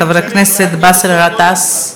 חבר הכנסת באסל גטאס.